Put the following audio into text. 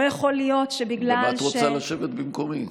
לא יכול להיות שבגלל, גם את רוצה לשבת במקומי?